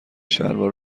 شلوار